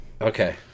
Okay